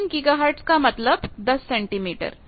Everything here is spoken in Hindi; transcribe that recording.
3 गीगाहर्ट का मतलब 10 सेंटीमीटर